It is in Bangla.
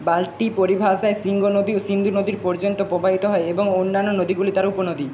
বাল্টি পরিভাষায় শিংগো নদীও সিন্ধু নদী পর্যন্ত প্রবাহিত হয় এবং অন্যান্য নদীগুলি তার উপনদী